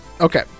okay